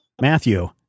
Matthew